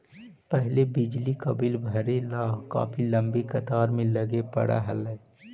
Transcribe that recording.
पहले बिजली का बिल भरने ला काफी लंबी कतार में लगे पड़अ हलई